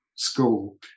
school